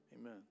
Amen